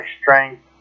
strength